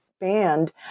band